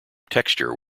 texture